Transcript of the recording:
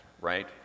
right